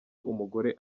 umugore